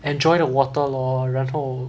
enjoy the water lor 然后